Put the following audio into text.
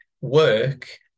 work